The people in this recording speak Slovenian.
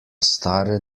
stare